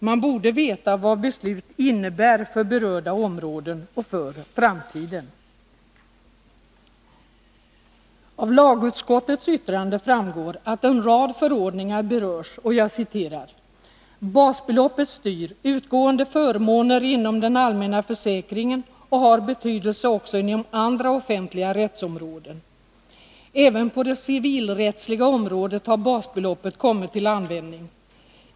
Men borde veta vad beslut innebär för berörda områden och för framtiden. Av lagutskottets betänkande framgår att en rad förordningar berörs. Lagutskottet anför: ”Basbeloppet styr utgående förmåner inom den allmänna försäkringen och har betydelse också inom andra offentliga rättsområden. Även på det civilrättsliga området har basbeloppet kommit till användning.